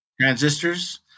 transistors